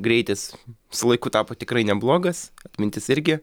greitis su laiku tapo tikrai neblogas atmintis irgi